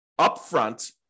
upfront